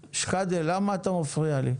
שחאדה, למה אתה מפריע לי?